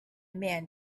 man